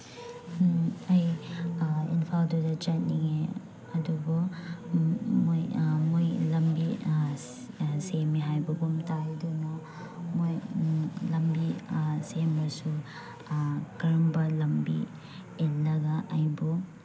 ꯑꯩ ꯏꯝꯐꯥꯜꯗꯨꯗ ꯆꯠꯅꯤꯡꯉꯦ ꯑꯗꯨꯕꯨ ꯃꯣꯏ ꯃꯣꯏ ꯂꯝꯕꯤ ꯁꯦꯝꯃꯦ ꯍꯥꯏꯕꯒꯨꯝ ꯇꯧꯏ ꯑꯗꯨꯅ ꯃꯣꯏ ꯂꯝꯕꯤ ꯁꯦꯝꯃꯁꯨ ꯀꯔꯝꯕ ꯂꯝꯕꯤ ꯏꯜꯂꯒ ꯑꯩꯕꯨ